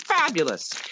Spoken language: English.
Fabulous